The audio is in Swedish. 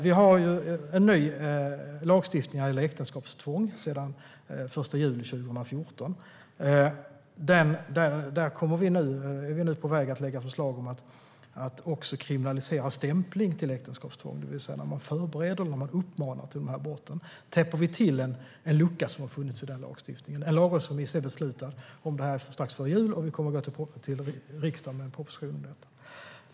Vi har en ny lagstiftning när det gäller äktenskapstvång sedan den 1 juli 2014. Där är vi nu på väg att lägga fram förslag om att också kriminalisera stämpling till äktenskapstvång, det vill säga när man förbereder eller uppmanar till de här brotten. Där täpper vi till en lucka som har funnits i lagstiftningen. Vi har beslutat om detta strax före jul, och vi kommer med en proposition om det till riksdagen.